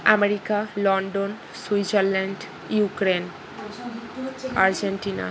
America London Switzerland Ukraine Argentina